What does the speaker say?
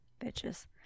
Bitches